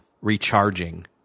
recharging